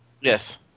Yes